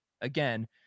again